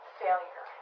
failure